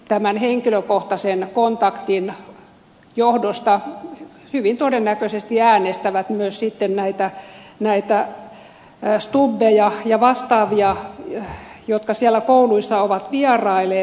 tämän henkilökohtaisen kontaktin johdosta he hyvin todennäköisesti myös äänestävät sitten näitä stubbeja ja vastaavia jotka siellä kouluissa ovat vierailleet